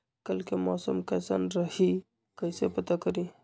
कल के मौसम कैसन रही कई से पता करी?